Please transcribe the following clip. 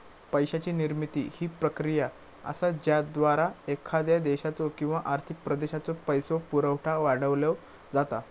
पैशाची निर्मिती ही प्रक्रिया असा ज्याद्वारा एखाद्या देशाचो किंवा आर्थिक प्रदेशाचो पैसो पुरवठा वाढवलो जाता